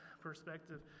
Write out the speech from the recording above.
perspective